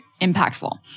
impactful